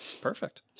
perfect